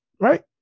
right